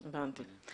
הבנתי.